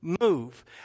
move